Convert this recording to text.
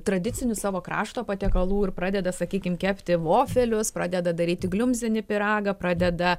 tradicinių savo krašto patiekalų ir pradeda sakykim kepti vofelius pradeda daryti gliumzinį pyragą pradeda